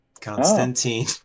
Constantine